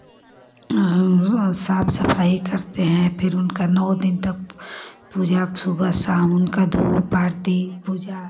साफ़ सफ़ाई करते हैं फिर उनका नौ दिन तक पूजा सुबह साम उनका धूप आरती पूजा